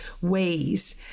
ways